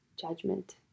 judgment